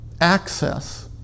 access